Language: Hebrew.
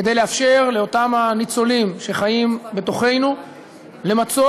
כדי לאפשר לאותם הניצולים שחיים בתוכנו למצות